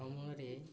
ଭ୍ରମଣରେ